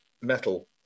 metal